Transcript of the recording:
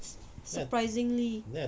surprisingly